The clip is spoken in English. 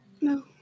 no